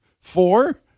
four